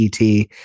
ET